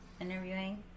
Interviewing